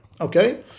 Okay